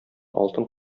алтын